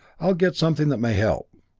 i'll get something that may help.